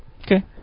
Okay